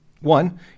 One